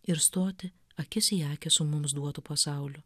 ir stoti akis į akį su mums duotu pasauliu